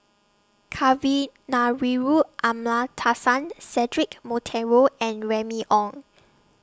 Kavignareru Amallathasan Cedric Monteiro and Remy Ong